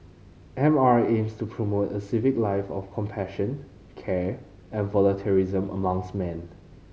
M R aims to promote a civic life of compassion care and volunteerism amongst man